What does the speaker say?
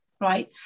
right